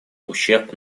ущерб